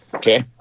Okay